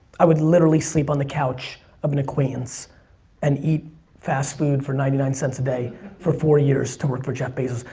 i would literally sleep on the couch of an acquaintance and eat fast-food for ninety nine cents a day for four years to work for jeff bezos.